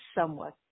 somewhat